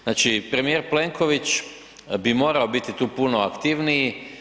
Znači, premijer Plenković bi morao biti tu puno aktivniji.